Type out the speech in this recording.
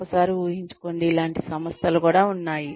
ఒక్కసారి ఊహించుకోండి ఇలాంటి సంస్థలు ఉన్నాయి